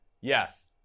Yes